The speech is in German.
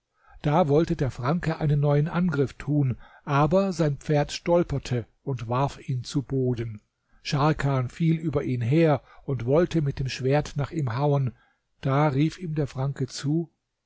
da wollte der franke einen neuen angriff tun aber sein pferd stolperte und warf ihn zu boden scharkan fiel über ihn her und wollte mit dem schwert nach ihm hauen da rief ihm der franke zu